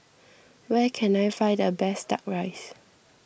where can I find the best Duck Rice